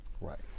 Right